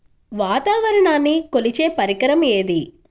వాతావరణాన్ని కొలిచే పరికరం ఏది?